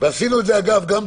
ועשינו את זה גם במסיכות.